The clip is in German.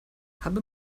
habe